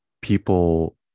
people